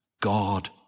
God